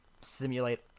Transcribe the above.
simulate